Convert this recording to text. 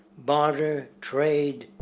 barter, trade,